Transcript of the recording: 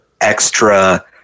extra